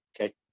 Okay